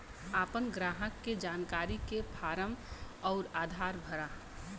आपन ग्राहक के जानकारी के फारम अउर आधार भरा